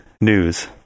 news